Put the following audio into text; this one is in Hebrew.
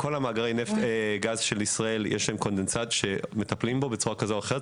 לכל מאגרי הגז של ישראל יש קונדנסט שמטפלים בו בצורה כזו או אחרת.